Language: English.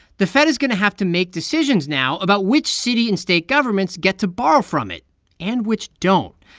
the fed is going to have to make decisions now about which city and state governments get to borrow from it and which don't.